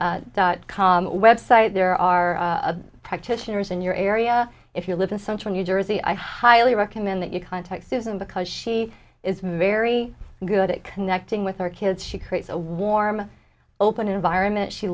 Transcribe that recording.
t dot com website there are practitioners in your area if you live in central new jersey i highly recommend that you contact susan because she is very good at connecting with her kids she creates a warm open environment she